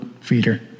feeder